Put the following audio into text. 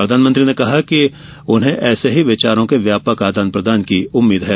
प्रधानमंत्री ने कहा कि उन्हे ऐसे ही विचारों के व्यापक आदान प्रदान की उम्मीद है